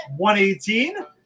118